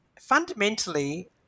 fundamentally